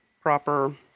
proper